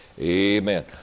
Amen